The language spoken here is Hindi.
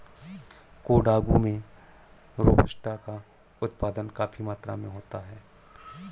कोडागू में रोबस्टा का उत्पादन काफी मात्रा में होता है